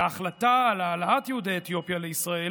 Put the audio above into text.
וההחלטה על העלאת יהודי אתיופיה לישראל